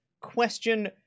question